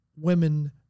women